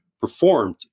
performed